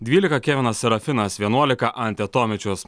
dvylika kevinas serafinas vienuolika ante tomičius